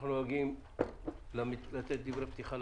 אנחנו נוהגים לתת למציעים לומר דברי פתיחה.